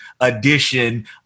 edition